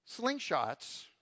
slingshots